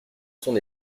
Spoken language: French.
son